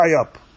up